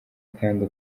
kandi